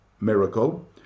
miracle